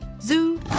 Zoo